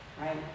right